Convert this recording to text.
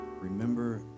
remember